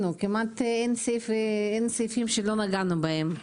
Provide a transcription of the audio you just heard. כמעט אין סעיפים שלא נגענו בהם.